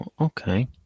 Okay